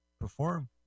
perform